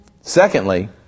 Secondly